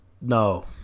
No